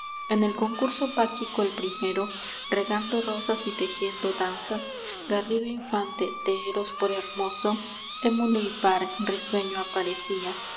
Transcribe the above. en el concurso báquico el primero regando rosas y tejiendo danzas garrido infante de eros por hermoso emulo y par risueño aparecía